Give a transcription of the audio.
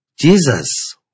Jesus